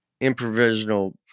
improvisational